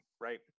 right